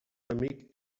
amic